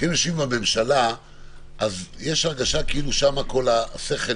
יש הרגשה כאילו שם כל השכל הגיע.